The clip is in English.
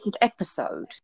episode